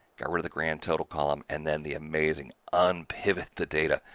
got rid of the grand total column, and then the amazing unpivot the data.